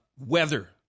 Weather